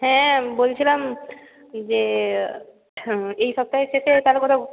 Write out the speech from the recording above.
হ্যাঁ বলছিলাম যে এই সপ্তাহের শেষে কারো কারো